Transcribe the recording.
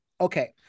Okay